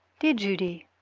dear judy